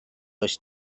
does